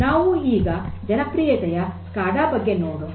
ನಾವು ಈಗ ಜನಪ್ರಿಯತೆಯ ಸ್ಕಾಡಾ ಬಗ್ಗೆ ನೋಡೋಣ